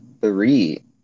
three